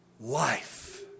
life